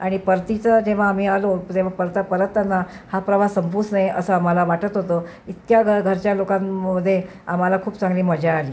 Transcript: आणि परतीचं जेव्हा आम्ही आलो तेव्हा परता परतताना हा प्रवास संपूच नये असं आम्हाला वाटत होतं इतक्या घर घरच्या लोकांमध्ये आम्हाला खूप चांगली मजा आली